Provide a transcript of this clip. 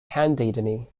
handedly